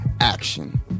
action